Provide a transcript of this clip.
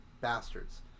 Bastards